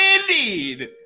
indeed